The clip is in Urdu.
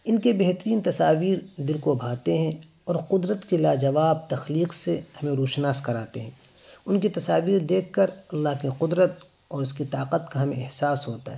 ان کے بہترین تصاویر دل کو بھاتے ہیں اور قدرت کے لا جواب تخلیق سے ہمیں روشناس کراتے ہیں ان کی تصاویر دیکھ کر اللہ کی قدرت اور اس کی طاقت کا ہمیں احساس ہوتا ہے